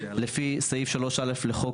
לפי סעיף (3)(א)